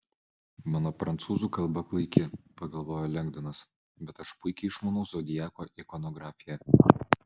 mano prancūzų kalba klaiki pagalvojo lengdonas bet aš puikiai išmanau zodiako ikonografiją